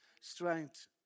strength